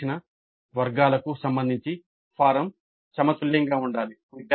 cover చేసిన వర్గాలకు సంబంధించి ఫారం సమతుల్యంగా ఉండాలి